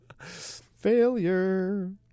Failure